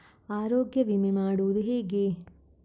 ಆರೋಗ್ಯ ವಿಮೆ ಮಾಡುವುದು ಹೇಗೆ?